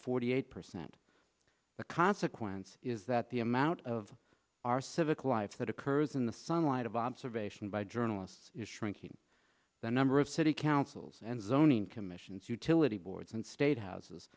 forty eight percent the consequence is that the amount of our civic life that occurs in the sunlight of observation by journalists is shrinking the number of city councils and zoning commissions utility boards and state houses